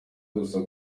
gusa